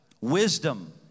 Wisdom